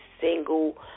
single